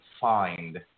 find